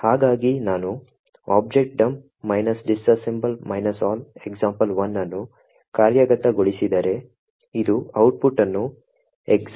ಹಾಗಾಗಿ ನಾನು objdump -disassemble all example1 ಅನ್ನು ಕಾರ್ಯಗತಗೊಳಿಸಿದರೆ ಇದು ಔಟ್ಪುಟ್ ಅನ್ನು example1